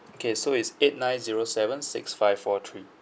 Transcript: okay so it's eight nine zero seven six five four three